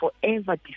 forever